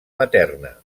materna